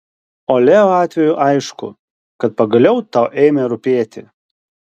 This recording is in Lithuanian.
o leo atveju aišku kad pagaliau tau ėmė rūpėti